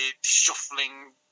shuffling